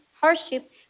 hardship